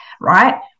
right